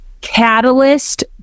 catalyst